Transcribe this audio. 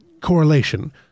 correlation